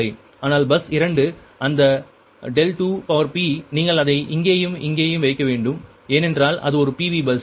ஆனால் பஸ் 2 அந்த 2p நீங்கள் அதை இங்கேயும் இங்கேயும் வைக்க வேண்டும் ஏனென்றால் அது ஒரு PV பஸ்